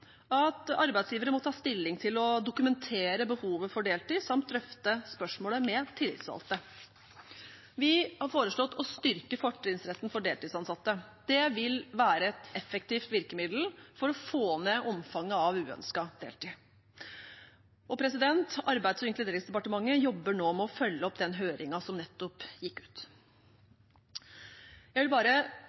at arbeidsgivere må ta stilling til å dokumentere behovet for deltid samt drøfte spørsmålet med tillitsvalgte. Vi har foreslått å styrke fortrinnsretten for deltidsansatte. Det vil være et effektivt virkemiddel for å få ned omfanget av uønsket deltid, og Arbeids- og inkluderingsdepartementet jobber nå med å følge opp den høringen som nettopp gikk ut. Jeg vil bare